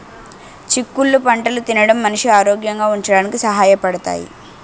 చిక్కుళ్ళు పంటలు తినడం మనిషి ఆరోగ్యంగా ఉంచడానికి సహాయ పడతాయి